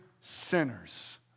sinners